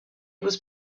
was